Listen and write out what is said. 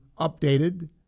updated